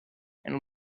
and